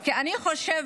כי אני חושבת,